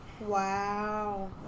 Wow